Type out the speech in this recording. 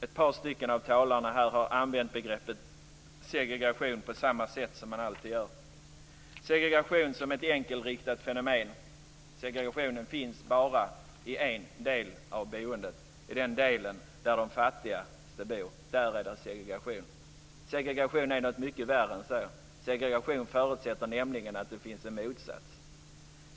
Några talare har använt begreppet segregation på samma sätt som man alltid gör - segregation som ett enkelriktat fenomen och som bara finns i en del av boendet, nämligen i den del där de fattigaste bor. Segregation är något mycket värre än så. Segregation förutsätter nämligen att det finns en motsats.